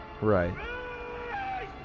Right